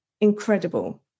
incredible